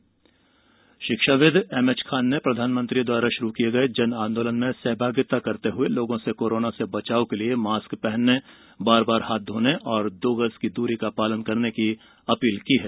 जन आंदोलन शिक्षाविद एमएच खान ने प्रधानमंत्री द्वारा शुरू किये गए जन आंदोलन में सहभागिता करते हुए लोगों से कोरोना से बचाव के लिए मास्क पहनने बार बार हाथ धोने और दो गज की दूरी का पालन करने की अपील की है